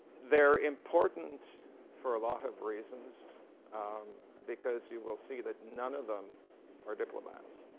they're important for a lot of reasons because you will see that none of them or diplomats.